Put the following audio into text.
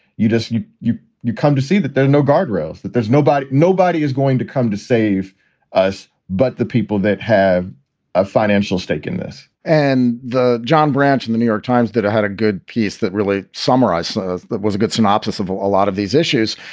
you just you you you come to see that there are no guardrails, that there's nobody nobody is going to come to save us but the people that have a financial stake in this and the john branch and the new york times that have had a good piece that really summarized that was a good synopsis of of a lot of these issues.